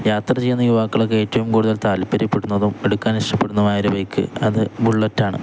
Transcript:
യാത്ര ചെയ്യുന്ന യുവാക്കളൊക്കെ ഏറ്റവും കൂടുതൽ താല്പര്യപ്പെടുന്നതും എടുക്കാൻ ഇഷ്ടപ്പെടുന്നതുമായ ഒരു ബേക്ക് അത് ബുള്ളറ്റാണ്